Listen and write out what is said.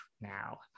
now